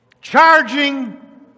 charging